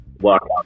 walk